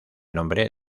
nombre